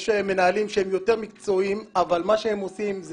יש מנהלים שהם יותר מקצועיים אבל מה שהם עושים,